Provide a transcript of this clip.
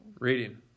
Reading